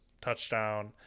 Touchdown